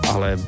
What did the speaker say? Ale